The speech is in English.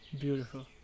Beautiful